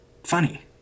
Funny